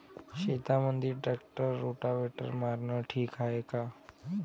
शेतामंदी tractor rotavator मारनं ठीक हाये का?